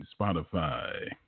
Spotify